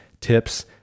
tips